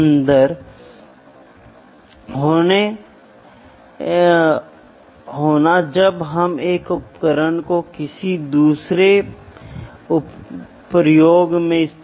सामान्य नियम के रूप में उपलब्ध जानकारी और डेटा आपको वह सामान्य नियम कैसे मिला